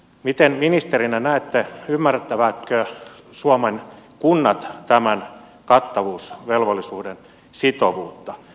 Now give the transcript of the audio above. miten ministerinä näette ymmärtävätkö suomen kunnat tämän kattamisvelvollisuuden sitovuutta